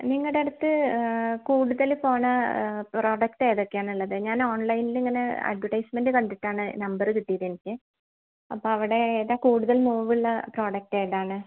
നിങ്ങടടുത്ത് കൂടുതൽ പോകണ പ്രോഡക്റ്റ് ഏതൊക്കെയാണ് ഉള്ളത് ഞാൻ ഓൺലൈനിലിങ്ങനെ അഡ്വർടൈസ്മെന്റ് കണ്ടിട്ടാണ് നമ്പറ് കിട്ടിയതെനിക്ക് അപ്പം അവിടെ ഏതാ കൂടുതൽ മൂവുള്ള പ്രൊഡക്റ്റ് ഏതാണ്